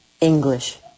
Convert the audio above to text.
english